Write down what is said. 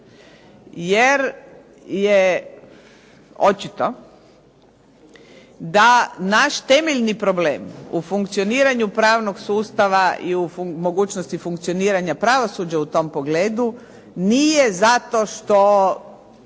Jer je očito da naš temeljni problem u funkcioniranju pravnog sustav i mogućnosti funkcioniranja pravosuđa u tom pogledu, nije zato što